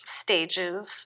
stages